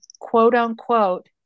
quote-unquote